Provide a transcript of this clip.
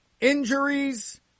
Injuries